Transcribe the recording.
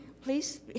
please